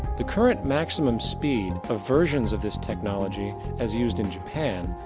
the current maximum speed of versions of this technology, as used in japan,